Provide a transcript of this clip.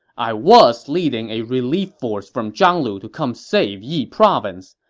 i was leading a relief force from zhang lu to come save yi province,